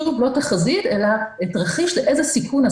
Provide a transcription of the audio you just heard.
שוב, לא תחזית אלא תרחיש לאיזה סיכון.